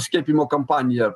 skiepijimo kampanija